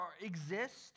exist